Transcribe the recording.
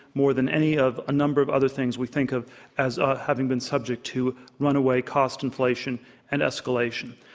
more than any of a number of other things we think of as having been subject to runaway cost inflation and escalation.